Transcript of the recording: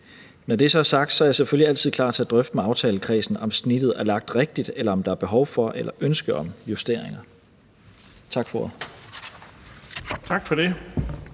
Når det så er sagt, er jeg selvfølgelig altid klar til at drøfte med aftalekredsen, om snittet er lagt rigtigt, eller om der er behov for eller ønske om justeringer. Tak for ordet.